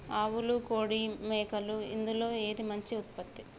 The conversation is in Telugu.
ఆవులు కోడి మేకలు ఇందులో ఏది మంచి ఉత్పత్తి?